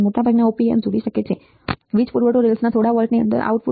મોટાભાગના op amps ઝુલી શકે છે વીજ પૂરવઠો રેલ્સના થોડા વોલ્ટની અંદર આઉટપુટ